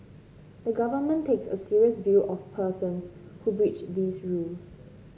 the Government takes a serious view of persons who breach these rules